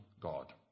God